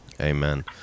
Amen